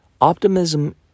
Optimism